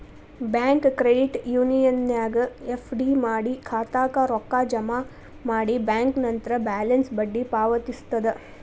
bank credit ಯೂನಿಯನ್ನ್ಯಾಗ್ FD ಮಾಡಿ ಖಾತಾಕ್ಕ ರೊಕ್ಕ ಜಮಾ ಮಾಡಿ ಬ್ಯಾಂಕ್ ನಂತ್ರ ಬ್ಯಾಲೆನ್ಸ್ಗ ಬಡ್ಡಿ ಪಾವತಿಸ್ತದ